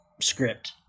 script